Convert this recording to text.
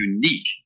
unique